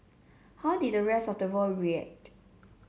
how did the rest of the world react